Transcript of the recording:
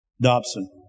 Dobson